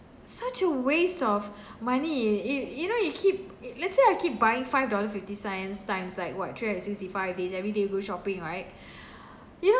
such a waste of money eh you know you keep it let's say I keep buying five dollar fifty cents times like what three hundred sixty five days everyday go shopping right